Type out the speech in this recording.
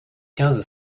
quinze